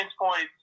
points